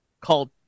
called